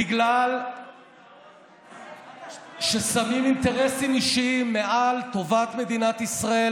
בגלל ששמים אינטרסים אישיים מעל טובת מדינת ישראל,